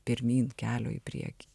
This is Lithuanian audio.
pirmyn kelio į priekį